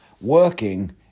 working